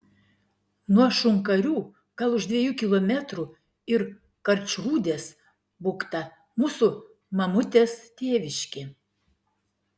nuo šunkarių gal už dviejų kilometrų ir karčrūdės bukta mūsų mamutės tėviškė